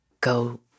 go